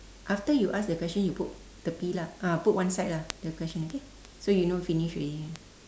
after you asked the question you put tepi lah ah put one side lah the question okay so you know finish already